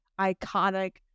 iconic